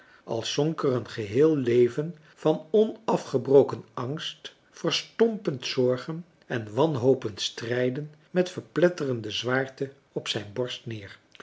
als zonk er een geheel leven van onafgebroken angst verstompend marcellus emants een drietal novellen zorgen en wanhopend strijden met verpletterende zwaarte op zijn borst neer